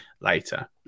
later